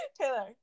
Taylor